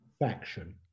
faction